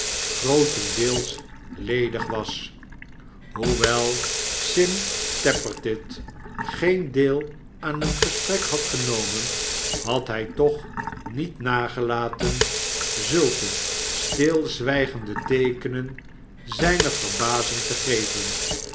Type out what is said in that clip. grootendeels ledig was hoewel sim tappertit geen deel aan het gesprek had genomen had hij toch niet nagelaten zulke stilzwijgende teekenen zijner verbazing te geven